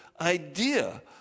idea